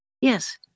Yes